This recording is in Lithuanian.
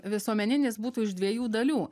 visuomeninis būtų iš dviejų dalių